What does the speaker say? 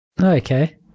Okay